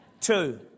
Two